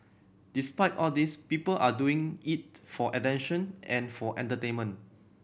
despite all these people are doing it for attention and for entertainment